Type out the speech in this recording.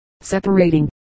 separating